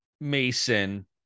Mason